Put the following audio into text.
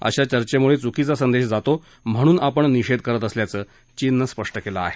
अशा चर्चॅमुळे चुकीचा संदेश जातो म्हणून आपण निषेध करत असल्याचं चीननं म्हटलं आहे